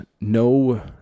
no